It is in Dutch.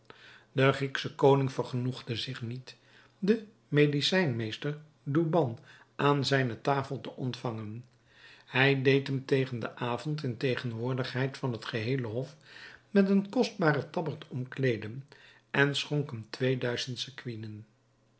de grieksche koning vergenoegde zich niet den medicijnmeester douban aan zijne tafel te ontvangen hij deed hem tegen den avond in tegenwoordigheid van het geheele hof met een kostbaren tabberd omkleeden en schonk hem